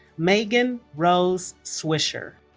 megan rose swisher